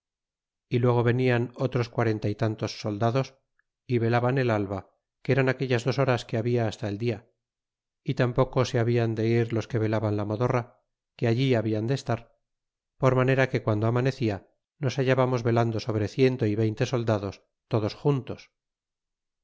y luego venían otros quarenta y tantos soldados y velaban el alba que eran aquellas dos horas que había hasta el dia y tampoco se hablan de ir los que velaban la modorra que allí habían de estar por manera que guando manada nos hallamos velando sobre ciento y veinte soldados todos juntos